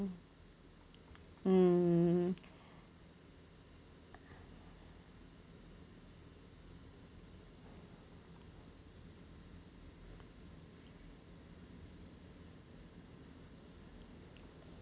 mm